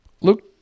Luke